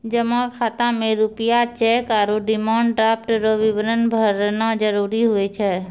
जमा खाता मे रूपया चैक आरू डिमांड ड्राफ्ट रो विवरण भरना जरूरी हुए छै